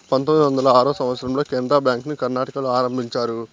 పంతొమ్మిది వందల ఆరో సంవచ్చరంలో కెనరా బ్యాంకుని కర్ణాటకలో ఆరంభించారు